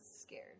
scared